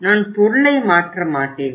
நான் பொருளை மாற்ற மாட்டேன்